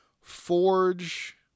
Forge